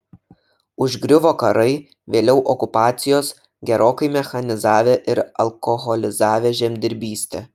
užgriuvo karai vėliau okupacijos gerokai mechanizavę ir alkoholizavę žemdirbystę